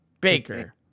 Baker